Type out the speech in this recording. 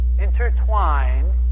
intertwined